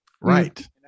Right